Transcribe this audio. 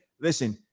listen